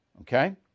Okay